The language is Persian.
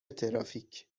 ترافیک